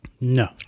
No